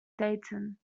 dayton